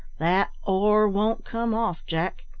that or won't come off, jack.